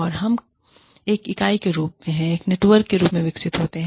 और हम एक इकाई के रूप में एक नेटवर्क के रूप में विकसित होते हैं